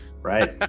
Right